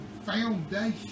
foundation